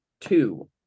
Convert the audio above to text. Two